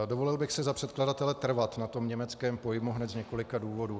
Dovolil bych si za předkladatele trvat na německém pojmu hned z několika důvodů.